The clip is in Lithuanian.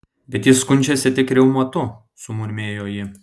bet jis skundžiasi tik reumatu sumurmėjo ji